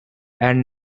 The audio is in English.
and